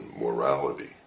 morality